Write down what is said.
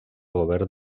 govern